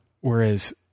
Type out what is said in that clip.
Whereas